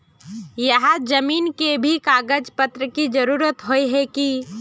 यहात जमीन के भी कागज पत्र की जरूरत होय है की?